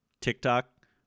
TikTok